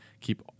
Keep